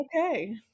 okay